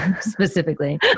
Specifically